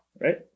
right